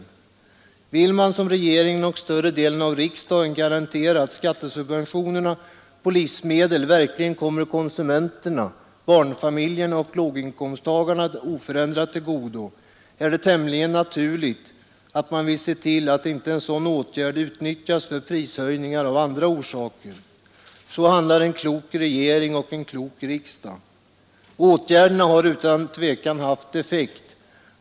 Vill 87 man — som regeringen och större delen av riksdagen — garantera att skattesubventionerna på livsmedel verkligen kommer konsumenterna, barnfamiljerna och låginkomsttagarna oförändrat till godo, är det tämligen naturligt att man vill se till att en sådan åtgärd inte utnyttjas för prishöjningar av andra orsaker. Så handlar en klok regering och en klok riksdag. Åtgärderna har utan tvivel haft effekt.